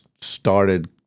started